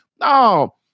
No